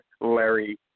Larry